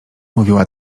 mówiła